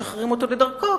משחררים אותו לדרכו,